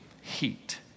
heat